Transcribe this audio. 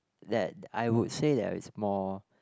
that I would say there's more